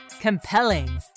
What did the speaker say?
Compelling